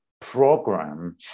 program